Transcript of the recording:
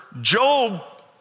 Job